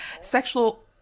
sexual